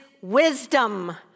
wisdom